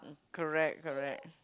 correct correct